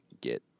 get